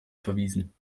verwiesen